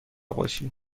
باشی